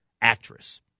actress